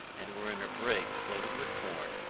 and were in a brig loaded with corn,